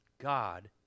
God